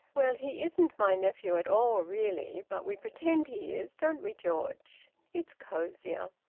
well, he isn't my nephew at all really, but we pretend he is, don't we, george? it's cosier.